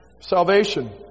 salvation